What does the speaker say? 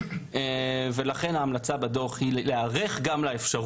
ולכן יש המלצה להיערך גם לאופציה